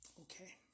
Okay